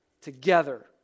together